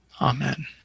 Amen